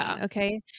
Okay